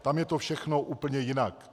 Tam je to všechno úplně jinak.